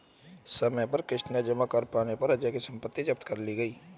समय पर किश्त न जमा कर पाने पर अजय की सम्पत्ति जब्त कर ली गई